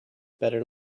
better